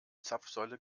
zapfsäule